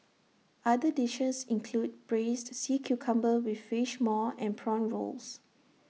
other dishes include Braised Sea Cucumber with Fish Maw and Prawn Rolls